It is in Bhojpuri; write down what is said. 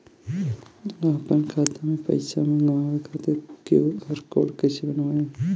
आपन खाता मे पैसा मँगबावे खातिर क्यू.आर कोड कैसे बनाएम?